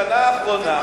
זה לא נכון.